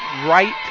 right